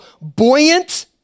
buoyant